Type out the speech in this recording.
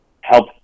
help